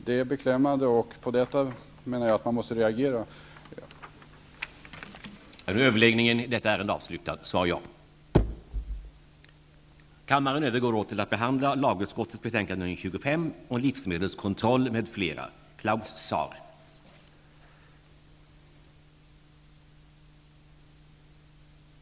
Det är beklämmande, och jag menar att man måste reagera på den här punkten.